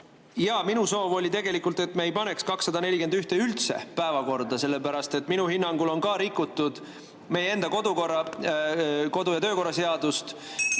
Minu soov oli, et me ei paneks eelnõu 241 üldse päevakorda, sellepärast et minu hinnangul on ka rikutud meie enda kodu- ja töökorra seadust.